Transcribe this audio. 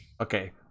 Okay